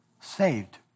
Saved